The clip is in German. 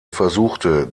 versuchte